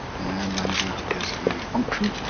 and i'm going to use a function.